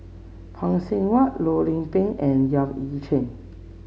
Phay Seng Whatt Loh Lik Peng and Yap Ee Chian